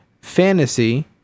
fantasy